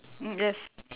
mm yes